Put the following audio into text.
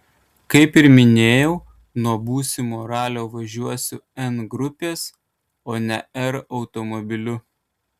kaip ir minėjau nuo būsimo ralio važiuosiu n grupės o ne r automobiliu